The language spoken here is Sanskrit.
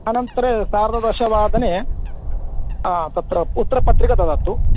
अनन्तरे सार्धदशवादने तत्र उत्तरपत्रिका ददातु